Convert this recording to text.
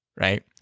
right